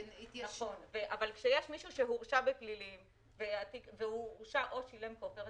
אבל כשיש מישהו שהורשע בפלילים והוא הורשע או שילם כופר,